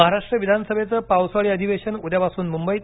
महाराष्ट्र विधानसभेचं पावसाळी अधिवेशन उद्यापासून मुंबईत